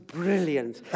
brilliant